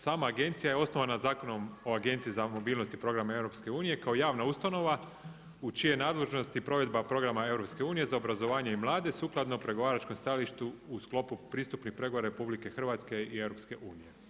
Sama agencija osnovana je Zakonom o Agenciji za mobilnost i programe EU kao javna ustanova u čijoj je nadležnosti provedba programa EU za obrazovanje i mlade sukladno pregovaračkom stajalištu u sklopu pristupnih pregovora RH i EU.